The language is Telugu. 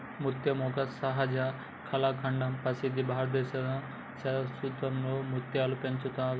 ముత్యం ఒక సహజ కళాఖండంగా ప్రసిద్ధి భారతదేశంలో శరదృతువులో ముత్యాలు పెంచుతారు